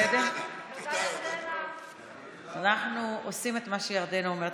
אנחנו עושים את מה שירדנה אומרת.